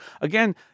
again